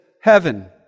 heaven